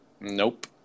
Nope